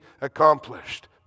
accomplished